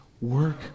work